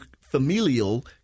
familial